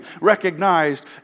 recognized